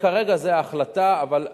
כרגע זאת ההחלטה, אבל בסוף,